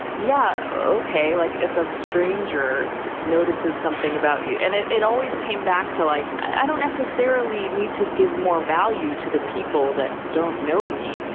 yeah, ok. like if a stranger notices something about you and it it always came back to like, i don't necessarily need to give more value to the people that don't know me.